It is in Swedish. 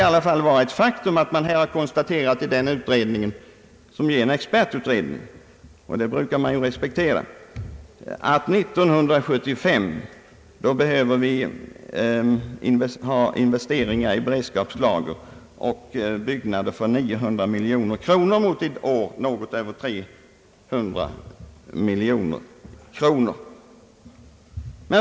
Man har konstaterat i denna utredning, som är en expertutredning — och en sådan brukar vi respektera — att vi 1975 behöver ha investeringar i beredskapslager och byggnader för 900 miljoner kronor mot i år något över 300 miljoner kronor.